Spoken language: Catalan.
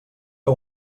que